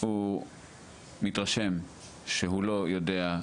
והוא מתרשם שהוא לא יודע,